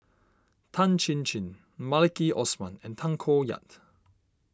Tan Chin Chin Maliki Osman and Tay Koh Yat